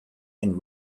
and